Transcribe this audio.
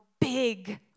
big